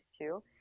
two